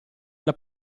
alla